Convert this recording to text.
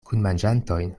kunmanĝantojn